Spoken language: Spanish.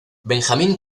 benjamín